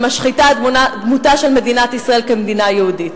שמשחיתה את דמותה של מדינת ישראל כמדינה יהודית.